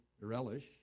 relish